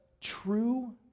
true